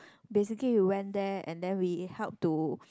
basically we went there and then we help to